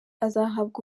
azahabwa